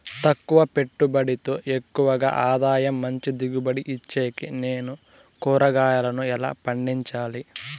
తక్కువ పెట్టుబడితో ఎక్కువగా ఆదాయం మంచి దిగుబడి ఇచ్చేకి నేను కూరగాయలను ఎలా పండించాలి?